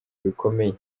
bikomeye